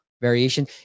variation